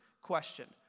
question